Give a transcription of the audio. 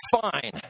fine